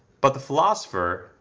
but the philosopher,